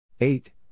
eight